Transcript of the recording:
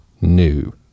new